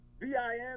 V-I-M